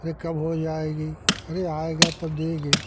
अरे कब हो जाएगी अरे आएगा तब देंगे